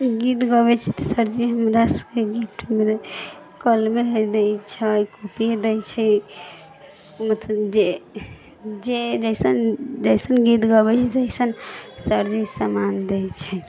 गीत गबै छी तऽ सरजी हमरा सबके गिफ्टमे कलमे दै छै कॉपी दै छै मतलब जे जे जइसन जइसन गीत गबै छै ओहिसन सरजी समान दै छै